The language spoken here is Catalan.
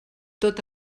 tot